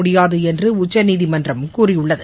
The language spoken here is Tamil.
முடியாது என்று உச்சநீதிமன்றம் கூறியுள்ளது